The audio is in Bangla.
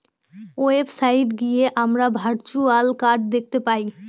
ওয়েবসাইট গিয়ে আমরা ভার্চুয়াল কার্ড দেখতে পাই